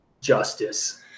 justice